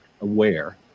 aware